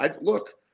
Look